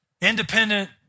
independent